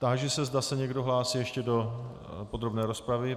Táži se, zda se někdo hlásí ještě do podrobné rozpravy.